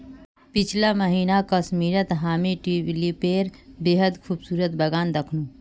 पीछला महीना कश्मीरत हामी ट्यूलिपेर बेहद खूबसूरत बगान दखनू